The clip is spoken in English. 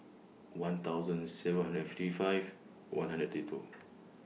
one thousand and seven hundred fifty five one hundred thirty two